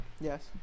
Yes